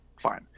Fine